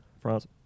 France